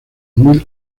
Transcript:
mil